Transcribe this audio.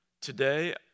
Today